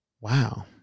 Wow